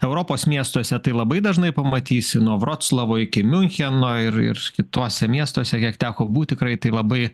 europos miestuose tai labai dažnai pamatysi nuo vroclavo iki miuncheno ir ir kituose miestuose kiek teko būt tikrai tai labai